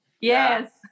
Yes